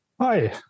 Hi